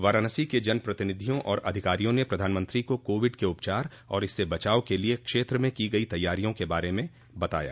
वाराणसी के जन प्रतिनिधियों और अधिकारियों ने प्रधानमंत्री को कोविड के उपचार और इससे बचाव के लिए क्षेत्र में की गई तैयारियों के बारे में बताया